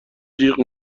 جیغ